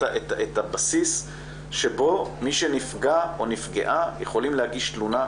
הבסיס שבו מי שנפגע או נפגעה יכולים להגיש תלונה,